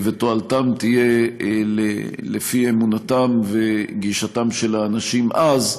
ותועלתם תהיה לפי אמונתם וגישתם של האנשים אז,